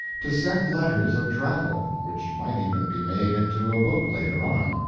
to send letters of travel, which might even be made into a book later on.